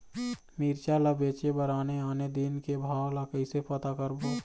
मिरचा ला बेचे बर आने आने दिन के भाव ला कइसे पता करबो?